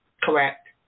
Correct